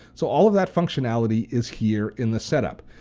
so all of that functionality is here in the set up.